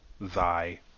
thy